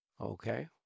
Okay